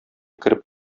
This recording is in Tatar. кереп